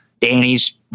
Danny's